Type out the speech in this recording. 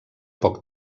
poc